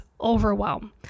overwhelm